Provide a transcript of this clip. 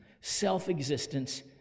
self-existence